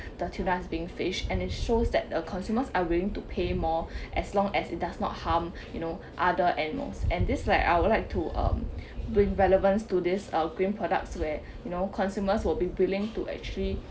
the tuna's being fish and it shows that the consumers are willing to pay more as long as it does not harm you know other animals and this like I would like to um bring relevance to this uh green products where you know consumers will be willing to actually